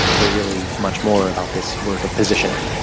they are really much more about this work of positioning.